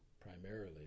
primarily